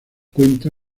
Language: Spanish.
cuenta